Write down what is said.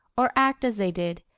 or act as they did,